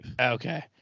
okay